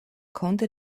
konnte